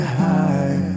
high